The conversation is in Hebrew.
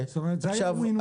זה היה win-win בכל העולם.